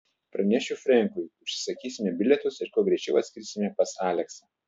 pranešiu frenkui užsisakysime bilietus ir kuo greičiau atskrisime pas aleksą